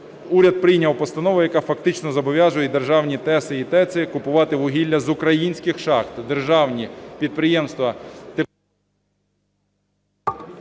уряд прийняв постанову, яка фактично зобов'язує державні ТЕСи і ТЕЦи купувати вугілля з українських шахт, державні підприємства…